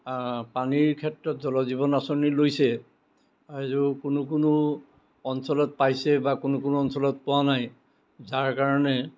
পানীৰ ক্ষেত্ৰত জল জীৱন আঁচনি লৈছে আৰু কোনো কোনো অঞ্চলত পাইছে বা কোনো কোনো অঞ্চলত পোৱা নাই যাৰ কাৰণে